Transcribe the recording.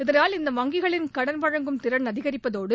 இதனால் இந்த வங்கிகளின் கடன் வழங்கும் திறன் அதிகரிப்பதோடு